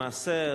למעשה,